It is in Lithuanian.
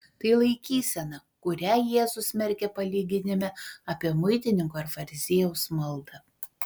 tai laikysena kurią jėzus smerkia palyginime apie muitininko ir fariziejaus maldą